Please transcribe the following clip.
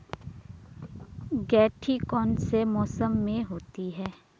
गेंठी कौन से मौसम में होती है?